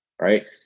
right